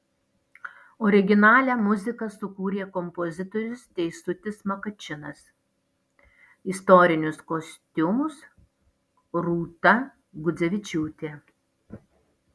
originalią muziką sukūrė kompozitorius teisutis makačinas istorinius kostiumus rūta gudzevičiūtė